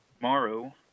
Tomorrow